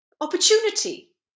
opportunity